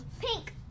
pink